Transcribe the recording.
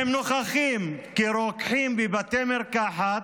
הם נוכחים כרוקחים בבתי מרקחת,